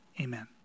amen